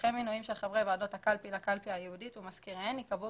דרכי מינויים של חברי ועדות הקלפי לקלפי הייעודית ומזכיריהן ייקבעו